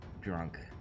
drunk